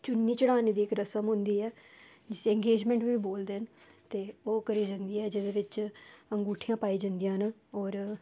चुनी चढ़ाने दी इक रस्म होंदी ऐ जिसी एंगेजमेंट बी बोलदे न ते ओह् करी जंदी ऐ जेह्दे बिच अगूंठी पाई जंदी ऐ और